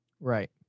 Right